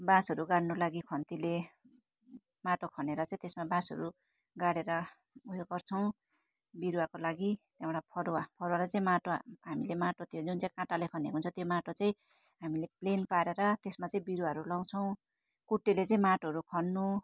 बाँसहरू गाड्नु लागि खन्तीले माटो खनेर चाहिँ त्यसमा बाँसहरू गाडेर उयो गर्छौँ बिरुवाको लागि एउटा फरुवा फरुवाले चाहिँ माटो हामीले माटो त्यो जुन चाहिँ काँटाले खनेको हुन्छ त्यो माटो चाहिँ हामीले प्लेन पारेर त्यसमा चाहिँ बिरुवाहरू लगाउँछौँ कुटेले चाहिँ माटोहरू खन्नु